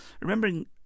remembering